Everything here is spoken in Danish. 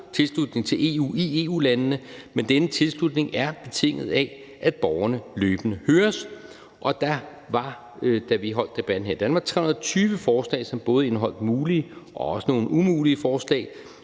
tilslutning til EU i EU-landene, men denne tilslutning er betinget af, at borgerne løbende høres, og der var, da vi holdt debatten her i Danmark, 320 forslag, som både indeholdt mulige og også nogle umulige forslag,